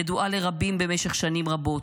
ידועה לרבים במשך שנים רבות.